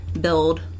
build